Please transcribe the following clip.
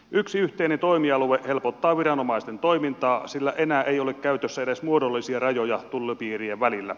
yksi yhteinen toimialue helpottaa viranomaisten toimintaa sillä enää ei ole käytössä edes muodollisia rajoja tullipiirien välillä